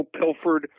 Pilford